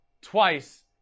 twice